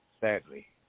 Sadly